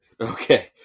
Okay